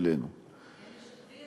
שנבצרה מבינתי?